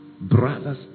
Brothers